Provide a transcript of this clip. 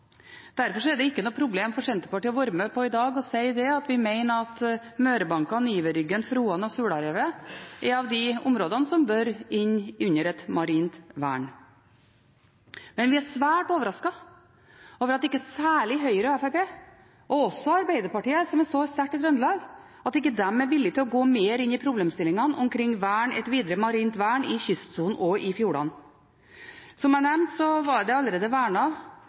Derfor er det ikke noe problem for Senterpartiet i dag å være med på å si at vi mener at Mørebankene, Iverryggen, Froan og Sularevet er blant de områdene som bør inn under et marint vern. Men vi er svært overasket over at særlig Høyre og Fremskrittspartiet – og også Arbeiderpartiet, som står sterkt i Trøndelag – ikke er villige til å gå mer inn i problemstillingene omkring et videre marint vern i kystsonen og i fjordene. Som jeg nevnte, er det allerede